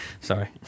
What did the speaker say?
Sorry